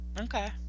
okay